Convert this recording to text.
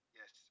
Yes